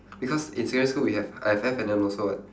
because in secondary school we have I have F&N also [what]